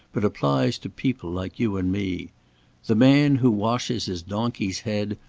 but applies to people like you and me the man who washes his donkey's head,